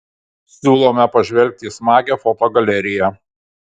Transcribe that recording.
siūlome pažvelgti į smagią fotogaleriją